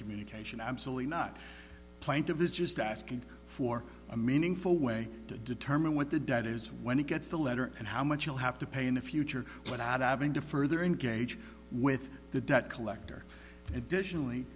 communication absolutely not plaintive is just asking for a meaningful way to determine what the debt is when it gets the letter and how much you'll have to pay in the future without having to further engage with the debt collector additionally